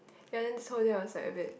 ya then this whole day I was like a bit